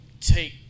take